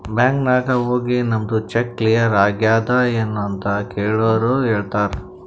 bank ನಾಗ್ ಹೋಗಿ ನಮ್ದು ಚೆಕ್ ಕ್ಲಿಯರ್ ಆಗ್ಯಾದ್ ಎನ್ ಅಂತ್ ಕೆಳುರ್ ಹೇಳ್ತಾರ್